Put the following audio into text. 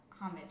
Homage